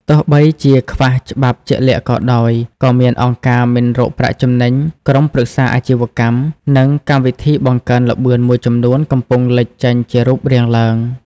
ទោះបីជាខ្វះច្បាប់ជាក់លាក់ក៏ដោយ ក៏មានអង្គការមិនរកប្រាក់ចំណេញ ក្រុមប្រឹក្សាអាជីវកម្ម និងកម្មវិធីបង្កើនល្បឿនមួយចំនួនកំពុងលេចចេញជារូបរាងឡើង ។